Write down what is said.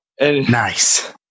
Nice